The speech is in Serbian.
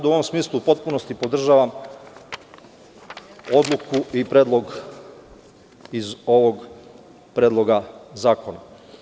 U ovom smislu, u potpunosti podržavam odluku i predlog iz ovog predloga zakona.